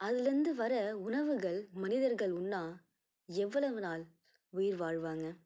அதிலருந்து வர உணவுகள் மனிதர்கள் உண்ணால் எவ்வளவு நாள் உயிர் வாழ்வாங்கள்